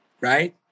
right